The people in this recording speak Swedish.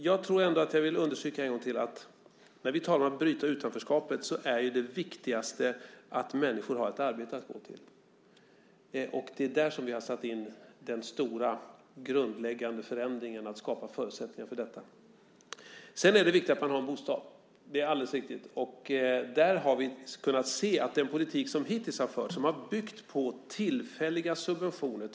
Jag tror ändå att jag vill understryka en gång till att när vi talar om att bryta utanförskapet är det viktigaste att människor har ett arbete att gå till. Det är för att skapa förutsättningar för detta som vi har satt in den stora grundläggande förändringen. Sedan är det viktigt att man har en bostad. Det är alldeles riktigt. Där har vi kunnat se att den politik som hittills har förts har byggt på tillfälliga subventioner.